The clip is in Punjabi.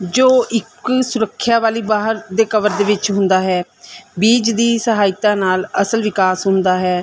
ਜੋ ਇੱਕ ਸੁਰੱਖਿਆ ਵਾਲੀ ਬਾਹਰ ਦੇ ਕਵਰ ਦੇ ਵਿੱਚ ਹੁੰਦਾ ਹੈ ਬੀਜ ਦੀ ਸਹਾਇਤਾ ਨਾਲ ਅਸਲ ਵਿਕਾਸ ਹੁੰਦਾ ਹੈ